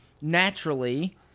naturally